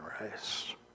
race